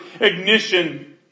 ignition